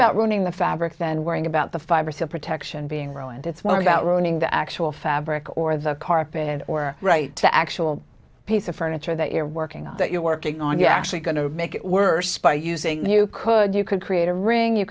about ruining the fabric then worrying about the five percent protection being ruined it's one about ruining the actual fabric or the carpet or right the actual piece of furniture that you're working on that you're working on you actually going to make it worse by using you could you could create a ring you